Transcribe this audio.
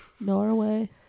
Norway